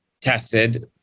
tested